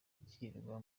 yirirwa